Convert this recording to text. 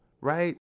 right